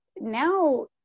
now